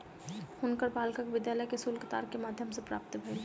हुनकर बालकक विद्यालय के शुल्क तार के माध्यम सॅ प्राप्त भेल